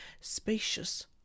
spacious